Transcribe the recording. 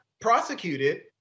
prosecuted